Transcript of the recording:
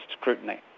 scrutiny